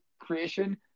creation